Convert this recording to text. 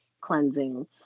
cleansing